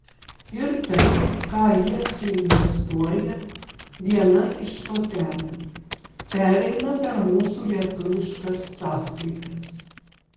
ir tai ką jie suinvestuoja viena iš stotelių pereina per mūsų lietuviškas sąskaitas